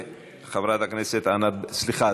סליחה,